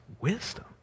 wisdom